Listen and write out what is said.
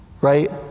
right